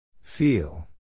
Feel